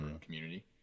community